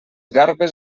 garbes